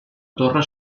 torre